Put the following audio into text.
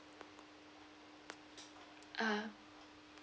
ah